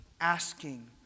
asking